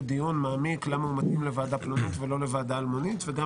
דיון מעמיק למה היא מתאימה לוועדה פלונית ולא לוועדה אלמונית וגם